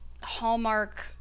hallmark